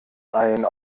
ein